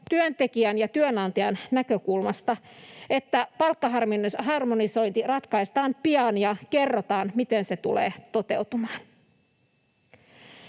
työntekijän ja työnantajan näkökulmasta, että palkkaharmonisointi ratkaistaan pian ja kerrotaan, miten se tulee toteutumaan.